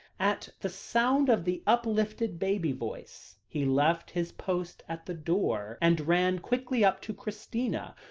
at the sound of the uplifted baby voice, he left his post at the door, and ran quickly up to christina,